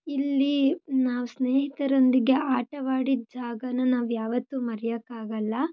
ಇಲ್ಲಿ ನಾವು ಸ್ನೇಹಿತರೊಂದಿಗೆ ಆಟವಾಡಿದ ಜಾಗನಾ ನಾವು ಯಾವತ್ತೂ ಮರ್ಯೋಕ್ಕಾಗಲ್ಲ